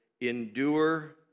endure